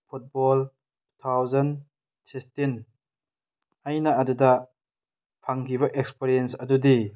football two thousand sixteen ꯑꯩꯅ ꯑꯗꯨꯗ ꯐꯪꯈꯤꯕ ꯑꯦꯛꯁꯄꯤꯔꯤꯌꯦꯟꯁ ꯑꯗꯨꯗꯤ